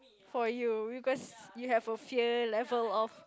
for you because you have a fear level of